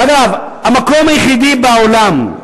ואגב, המקום היחידי בעולם,